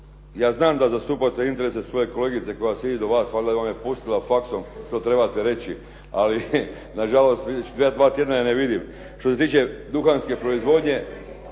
ja znam da zastupate interese svoje kolegice koja sjedi do vas, valjda vam je pustila faxom što trebate reći. Ali nažalost, meni će trebati dva tjedna jer ne vidim. Što se tiče duhanske proizvodnje